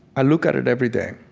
i look at it every day,